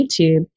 YouTube